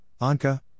Anka